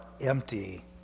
empty